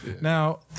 Now